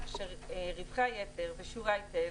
שרווחי היתר ושיעורי ההיטל